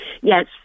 Yes